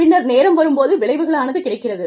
பின்னர் நேரம் வரும்போது விளைவுகளானது கிடைக்கிறது